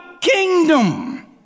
kingdom